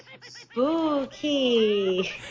spooky